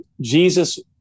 Jesus